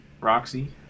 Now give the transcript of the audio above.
Roxy